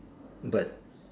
but